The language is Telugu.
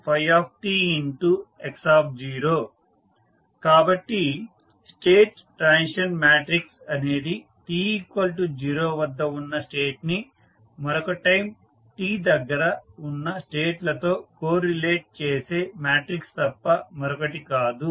xtφtx0 కాబట్టి స్టేట్ ట్రాన్సిషన్ మాట్రిక్స్ అనేది t0 వద్ద ఉన్న స్టేట్ ని వేరొక టైం t దగ్గర ఉన్న స్టేట్ లతో కోరిలేట్ చేసే మాట్రిక్స్ తప్ప మరొకటి కాదు